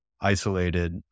isolated